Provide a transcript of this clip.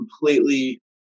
completely